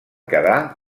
quedar